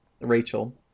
Rachel